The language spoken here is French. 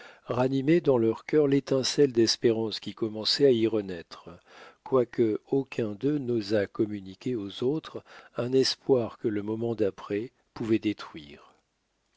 ranimait dans leur cœur l'étincelle d'espérance qui commençait à y renaître quoique aucun d'eux n'osât communiquer aux autres un espoir que le moment d'après pouvait détruire